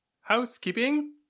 Housekeeping